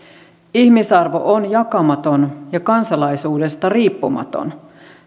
ihmisarvo on jakamaton ja kansalaisuudesta riippumaton